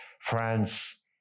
France